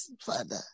Father